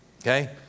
Okay